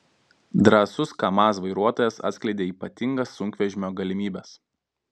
drąsus kamaz vairuotojas atskleidė ypatingas sunkvežimio galimybes